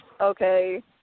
okay